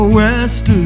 west